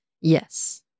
yes